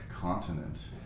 Continent